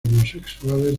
homosexuales